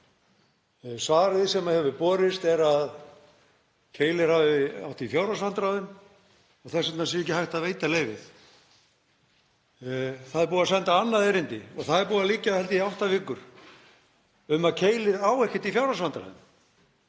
Svarið sem hefur borist er að Keilir hafi átt í fjárhagsvandræðum og þess vegna sé ekki hægt að veita leyfið. Það er búið að senda annað erindi og það er búið að liggja, held ég, í átta vikur, um að Keilir eigi ekkert í fjárhagsvandræðum.